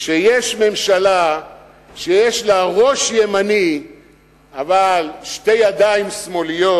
כשיש ממשלה שיש לה ראש ימני אבל שתי ידיים שמאליות,